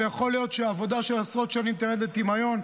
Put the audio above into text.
ויכול להיות שעבודה של עשרות שנים תרד לטמיון,